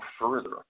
further